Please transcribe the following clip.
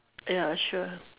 ya sure